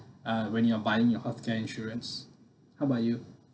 uh when you're buying your healthcare insurance how about you